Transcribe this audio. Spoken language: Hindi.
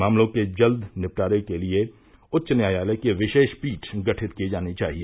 मामलों के जल्द निपटारे के लिए उच्च न्यायालय की विशेष पीठ गठित की जानी चाहिए